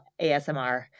ASMR